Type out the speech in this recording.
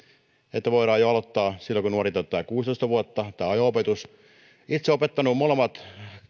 että voidaan jo aloittaa silloin kun nuori täyttää kuusitoista vuotta tämä ajo opetus itse olen opettanut molemmat